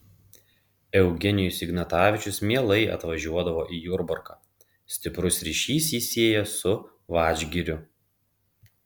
eugenijus ignatavičius mielai atvažiuodavo į jurbarką stiprus ryšys jį siejo su vadžgiriu